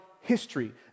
history